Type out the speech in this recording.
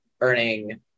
earning